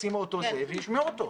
ישימו אותו וישמעו אותו.